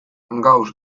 gauss